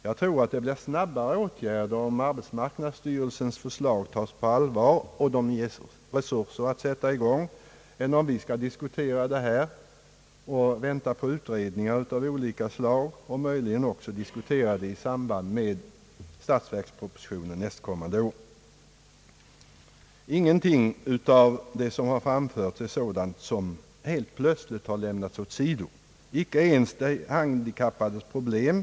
Jag tror att det snabbare blir åtgärder om arbetsmarknadsstyrelsens förslag tas på allvar och styrelsen får resurser att sätta i gång, än om vi skall diskutera det här, vänta på resurser av olika slag och möjligen även diskutera det i samband med statsverkspropositionen nästa år. Ingenting av det som framförts är sådant som helt plötsligt lämnats åsido — inte ens de handikappades problem.